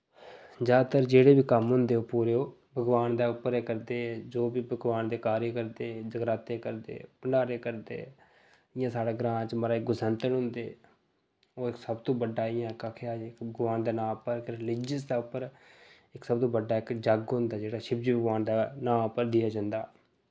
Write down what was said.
ज्यादातर जेह्ड़े बी कम्म होंदे पूरे ओह् भगवान दे उप्पर गै करदे जो बी भगवान दे कार्य करदे जगराते करदे भंडारे करदे जियां साढ़े ग्रांऽ च महाराज गुसांतड़ होंदे ओह् इक सबतों बड्डा इयां इक आखेआ जाए भगवान दे नाम उप्पर इक रिलीजियस दे उप्पर इक सबतों बड्डा इक जग्ग होंदा जेह्ड़ा शिवजी भगवान दे नांऽ उप्पर दिया जन्दा